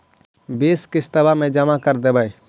बिस किस्तवा मे जमा कर देवै?